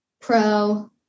pro